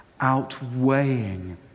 outweighing